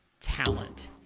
talent